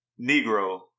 Negro